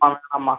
ஆ ஆமாம்